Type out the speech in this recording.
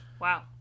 Wow